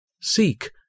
Seek